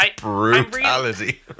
Brutality